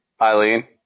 Eileen